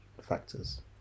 factors